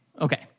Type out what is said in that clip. Okay